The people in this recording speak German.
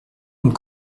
und